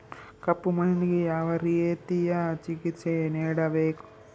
ಕಪ್ಪು ಮಣ್ಣಿಗೆ ಯಾವ ರೇತಿಯ ಚಿಕಿತ್ಸೆ ನೇಡಬೇಕು?